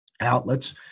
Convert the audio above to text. outlets